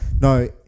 No-